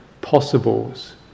possibles